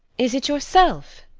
is it yourself?